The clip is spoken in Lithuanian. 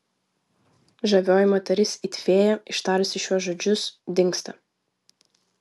žavioji moteris it fėja ištarusi šiuos žodžius dingsta